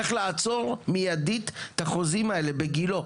צריך לעצור מיידית את החוזים האלה בגילה,